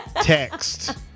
text